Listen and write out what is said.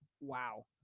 Wow